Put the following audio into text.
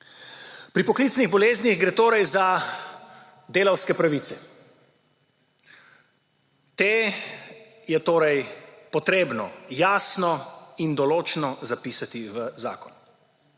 Pri poklicnih boleznih gre torej za delavske pravice. Te je torej potrebno jasno in določno zapisati v zakon.